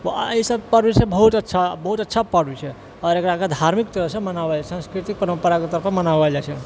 ई सब पर्व बहुत अच्छा बहुत अच्छा पर्व छै आओर एकरा धार्मिक तरहसँ मनाओल जाइत छै सांस्कृतिक परम्पराके तौर पर मनाओल जाइत छै